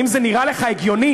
האם זה נראה לך הגיוני?